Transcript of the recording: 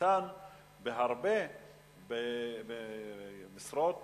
קטן בהרבה במשרות ממשלתיות,